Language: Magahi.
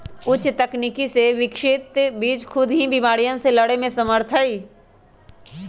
उच्च तकनीक से विकसित बीज खुद ही बिमारियन से लड़े में समर्थ हई